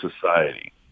society